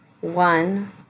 one